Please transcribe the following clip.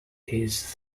his